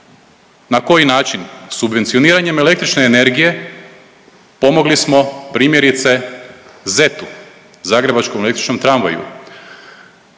Na koji način? Subvencioniranjem električne energije pomogli smo primjerice ZET-u, Zagrebačkom električnom tramvaju.